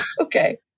okay